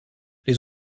les